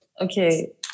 Okay